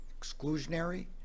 exclusionary